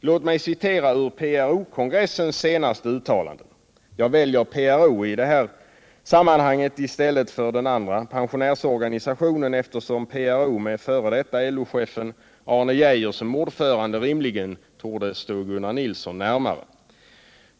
Låt mig citera ur PRO-kongressens senaste uttalanden. Jag väljer PRO i detta fall i stället för den andra pensionärsorganisationen, eftersom PRO med f. d. LO-chefen Arne Geijer som ordförande rimligen torde stå Gunnar Nilsson närmare.